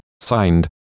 signed